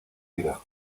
vida